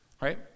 right